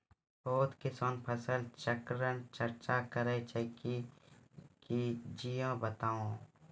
बहुत किसान फसल चक्रक चर्चा करै छै ई की छियै बताऊ?